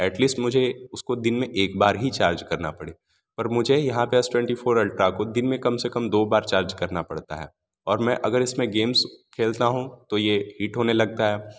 eight least मुझे उसको दिन में एक बार ही चार्ज करना पड़े पर मुझे यहाँ पे एस ट्वेंटी फ़ोर अल्ट्रा को दिन में कम से कम दो बार चार्ज करना पड़ता है और मैं अगर इसमें गेम्स खेलता हूँ तो ये हीट होने लगता है